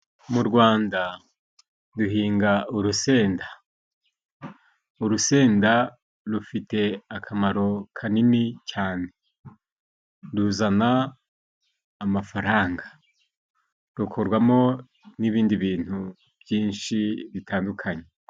Mu Rwanda duhinga urusenda. Urusenda rufite akamaro kanini cyane, ruzana amafaranga rukorwamo n'ibindi bintu byinshi bitandukanye.